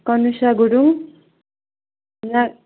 कनुसा गुरुङ ना